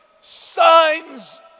signs